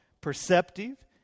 perceptive